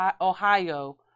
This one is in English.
Ohio